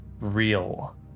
real